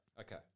Okay